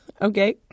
Okay